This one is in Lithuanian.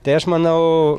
tai aš manau